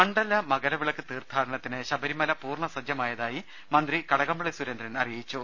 മണ്ഡല മകരവിളക്ക് തീർത്ഥാടനത്തിന് ശബരിമല പൂർണ്ണ സജ്ജമാ യതായി മന്ത്രി കടകംപള്ളി സുരേന്ദ്രൻ അറിയിച്ചു